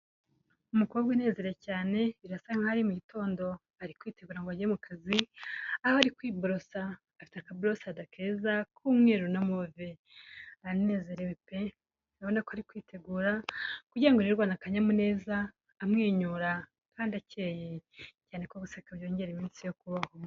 Umukobwa unezerewe cyane, birasa nkaho ari mu gitondo, ari kwitegura ngo ajye mu kazi, aho ari kwiborosa afite akaburosada keza k'umweru na move, aranezerewe pe urabona ko ari kwitegura kugirango ngo yirirwane akanyamuneza, amwenyura kandi akeye, cyane ko guseka byongera iminsi yo kubaho.